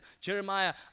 Jeremiah